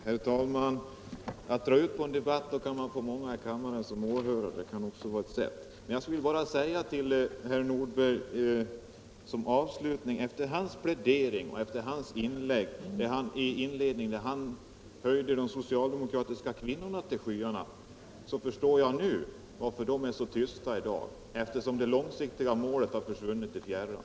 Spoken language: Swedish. Herr talman! Att dra ut på en debatt kan också vara ett sätt att få många åhörare i kammaren. Jag vill bara säga till herr Nordberg, som i sitt inledningsanförande höjde socialdemokratiska kvinnorna till skyarna, att jag nu efter hans plädering förstår varför de är så tysta i dag. Det långsiktiga målet har ju försvunnit i fjärran.